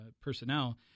personnel